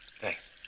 Thanks